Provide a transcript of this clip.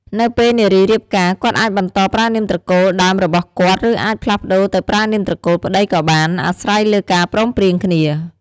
នៅពេលនារីរៀបការ គាត់អាចបន្តប្រើនាមត្រកូលដើមរបស់គាត់ ឬ អាចផ្លាស់ប្តូរទៅប្រើនាមត្រកូលប្ដីក៏បាន អាស្រ័យលើការព្រមព្រៀងគ្នា។